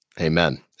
Amen